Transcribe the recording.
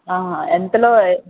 ఆహ ఎంతలో